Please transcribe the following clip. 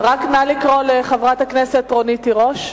נא לקרוא לחברת הכנסת רונית תירוש.